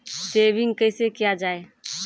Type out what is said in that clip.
Saving कैसै किया जाय?